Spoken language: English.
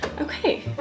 Okay